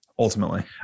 ultimately